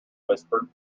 whispered